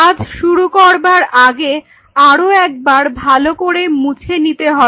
কাজ শুরু করবার আগে আরও একবার ভালো করে মুছে নিতে হবে